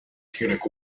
punic